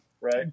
Right